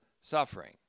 suffering